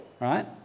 right